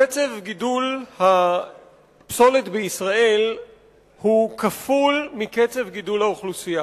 קצב גידול הפסולת בישראל הוא כפול מקצב גידול האוכלוסייה.